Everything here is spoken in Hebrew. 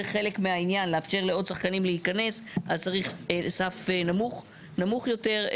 זה חלק מהעניין צריך סף נמוך יותר.